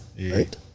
Right